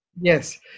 Yes